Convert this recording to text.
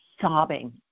sobbing